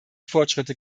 fortschritte